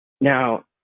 Now